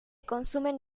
consumen